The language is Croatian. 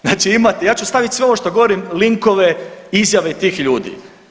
Znači imate, ja ću staviti sve ovo što govorim linkove, izjave tih ljudi.